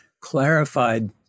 clarified